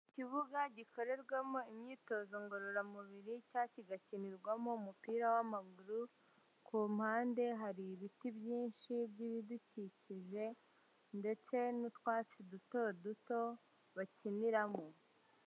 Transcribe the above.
Ikibuga gikorerwamo imyitozo ngororamubiri cyangwa kigakinirwamo umupira w'amaguru, ku mpande hari ibiti byinshi by'ibidukikije ndetse n'utwatsi duto duto bakiniramo.